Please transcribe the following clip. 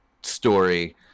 story